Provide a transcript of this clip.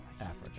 Africa